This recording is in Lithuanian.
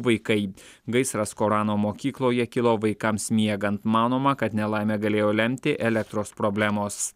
vaikai gaisras korano mokykloje kilo vaikams miegant manoma kad nelaimę galėjo lemti elektros problemos